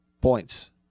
Points